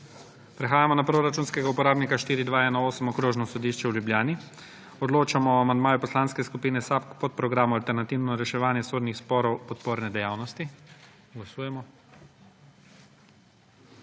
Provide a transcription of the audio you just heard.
Prehajamo na proračunskega uporabnika 4220 Okrožno sodišče v Murski Soboti. Odločamo o amandmaju Poslanske skupine SAB k podprogramu Alternativno reševanje sodnih sporov – podporne dejavnosti. Glasujemo.